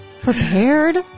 Prepared